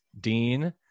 Dean